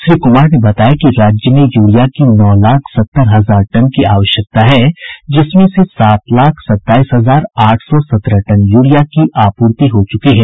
श्री कुमार ने बताया कि राज्य में यूरिया की नौ लाख सत्तर हजार टन की आवश्यकता है जिसमें से सात लाख सत्ताईस हजार आठ सौ सत्रह टन यूरिया की आपूर्ति हो चुकी है